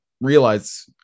realize